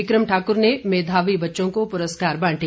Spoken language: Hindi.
बिक्रम ठाकुर ने मेधावी बच्चों को पुरस्कार बांटे